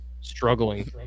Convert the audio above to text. struggling